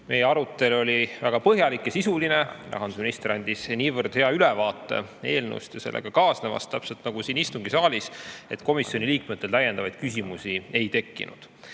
Meie arutelu oli väga põhjalik ja sisuline. Rahandusminister andis niivõrd hea ülevaate eelnõust ja sellega kaasnevast, täpselt nagu siin istungisaalis, et komisjoni liikmetel täiendavaid küsimusi ei tekkinud.